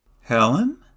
Helen